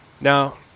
Now